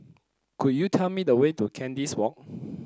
could you tell me the way to Kandis Walk